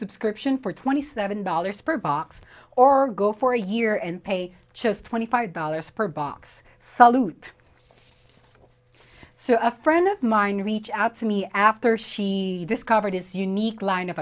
subscription for twenty seven dollars per box or go for a year and pay just twenty five dollars per box salute so a friend of mine reach out to me after she discovered this unique line of